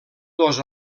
dos